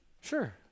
Sure